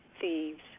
thieves